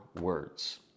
words